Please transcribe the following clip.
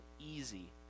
easy